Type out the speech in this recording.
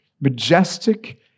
majestic